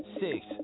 six